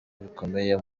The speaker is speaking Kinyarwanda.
bikomeye